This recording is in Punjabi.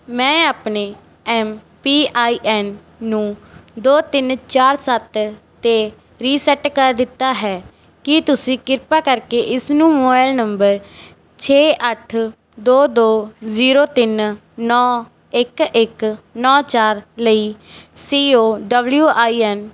ਮੈਂ ਆਪਣੇ ਐਮ ਪੀ ਆਈ ਐਨ ਨੂੰ ਦੋ ਤਿੰਨ ਚਾਰ ਸੱਤ 'ਤੇ ਰੀਸੈਟ ਕਰ ਦਿੱਤਾ ਹੈ ਕੀ ਤੁਸੀਂ ਕਿਰਪਾ ਕਰਕੇ ਇਸ ਨੂੰ ਮੋਬਾਈਲ ਨੰਬਰ ਛੇ ਅੱਠ ਦੋ ਦੋ ਜ਼ੀਰੋ ਤਿੰਨ ਨੌਂ ਇੱਕ ਇੱਕ ਨੌਂ ਚਾਰ ਲਈ C O W I N